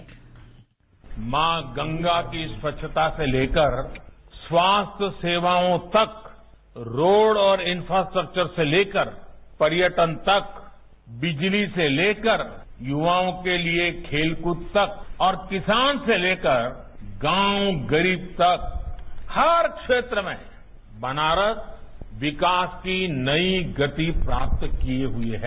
bite मां गंगा की स्वच्छता से लेकर स्वास्थ्य सेवाओं तक रोड़ और इन्फ्रास्टक्चर से लेकर पर्यटन तक बिजली से लेकर युवाओं के लिए खेलकूद तक और किसान से लेकर गांव गरीब तक हर क्षेत्र में बनारस विकास की नई गति प्राप्त किये हुए है